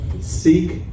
Seek